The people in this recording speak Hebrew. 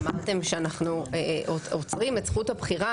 אמרתם שאנחנו עוצרים את זכות הבחירה